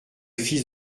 fils